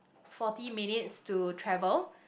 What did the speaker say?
forty minutes to travel